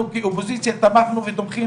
אנחנו כאופוזיציה תמכנו ותומכים